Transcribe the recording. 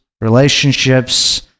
relationships